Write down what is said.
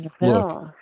look